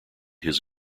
his